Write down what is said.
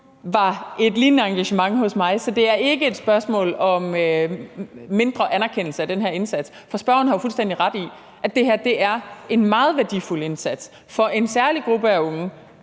var et lignende engagement fra min side. Så det er ikke et spørgsmål om mindre anerkendelse af den her indsats, for spørgeren har jo fuldstændig ret i, at det her er en meget værdifuld indsats for en særlig gruppe unge